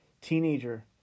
teenager